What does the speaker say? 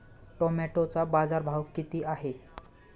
टोमॅटोचा बाजारभाव किती आहे?